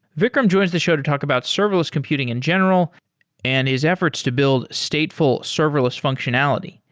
vikram joins the show to talk about serverless computing in general and his efforts to build stateful serverless functionality.